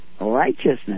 righteousness